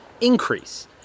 increase